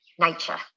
nature